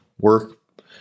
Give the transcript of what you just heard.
work